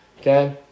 Okay